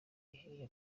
iyo